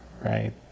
right